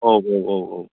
औ औ औ औ